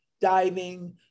diving